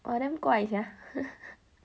!wah! damn sia